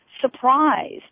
surprised